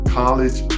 college